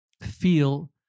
feel